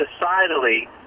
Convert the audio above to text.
societally